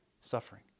suffering